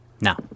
Now